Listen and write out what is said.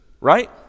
right